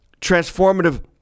transformative